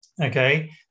Okay